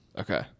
Okay